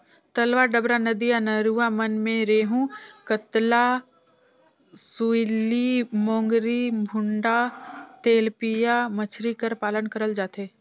तलवा डबरा, नदिया नरूवा मन में रेहू, कतला, सूइली, मोंगरी, भुंडा, तेलपिया मछरी कर पालन करल जाथे